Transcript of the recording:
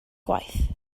gwaith